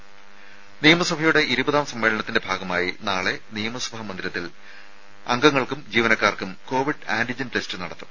രുമ നിയമസഭയുടെ ഇരുപതാം സമ്മേളനത്തിന്റെ ഭാഗമായി നാളെ നിയമസഭാ മന്ദിരത്തിൽ നിയമസഭാംഗങ്ങൾക്കും ജീവനക്കാർക്കും കോവിഡ് ആന്റിജൻ ടെസ്റ്റ് നടത്തും